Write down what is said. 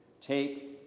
Take